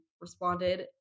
responded